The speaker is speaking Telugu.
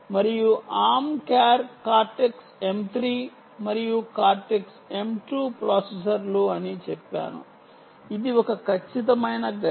మరియు ఆర్మ్ కార్టెక్స్ M 3 మరియు కార్టెక్స్ M 2 ప్రాసెసర్లు అని చెప్పాను ఇది ఒక ఖచ్చితమైన గైడ్